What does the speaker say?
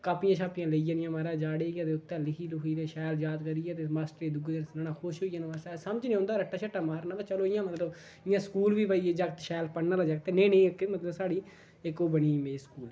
कापियां शापियां लेई जानियां म्हाराज जाड़े गी ते उत्थै लिखी लूखी ते शैल याद करियै ते मास्टरें गी दुए दिन सनाना खुश होई जाना मास्टरै समझ नेईं औंदा रट्टा शट्टा मारना भाई चलो इ'यां मतलब इ'यां स्कूल बी भाई एह् जागत शैल पढ़ने आह्ला जागत ऐ नेही नेही इक मतलब साढ़ी इक ओह् इमेज बनी दी स्कूल